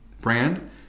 brand